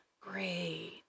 Great